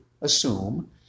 assume